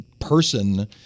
person